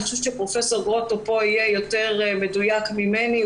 אני חושבת שפרופ' גרוטו פה יהיה יותר מדויק ממני,